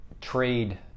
trade